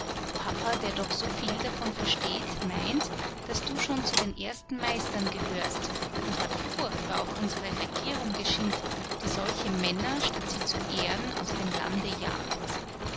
papa der doch so viel davon versteht meint daß du schon zu den ersten meistern gehörst und hat furchtbar auf unsere regierung geschimpft die solche männer statt sie zu ehren aus dem lande jagt